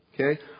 Okay